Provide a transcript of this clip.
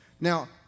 Now